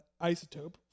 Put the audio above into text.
isotope